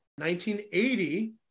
1980